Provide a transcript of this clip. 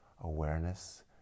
Awareness